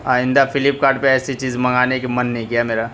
آئندہ فلپکارٹ پہ ایسی چیز منگانے کی من نہیں کیا میرا